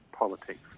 politics